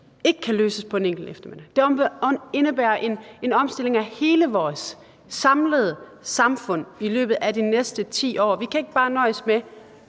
ikke kan løses på en enkelt eftermiddag. Det indebærer en omstilling af hele vores samlede samfund i løbet af de næste 10 år. Vi kan ikke bare nøjes med